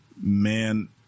man